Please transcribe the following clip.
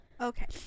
Okay